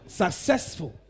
successful